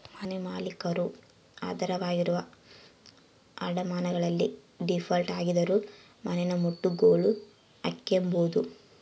ಮನೆಮಾಲೀಕರು ಆಧಾರವಾಗಿರುವ ಅಡಮಾನಗಳಲ್ಲಿ ಡೀಫಾಲ್ಟ್ ಆಗಿದ್ದರೂ ಮನೆನಮುಟ್ಟುಗೋಲು ಹಾಕ್ಕೆಂಬೋದು